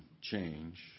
change